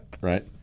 right